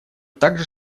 также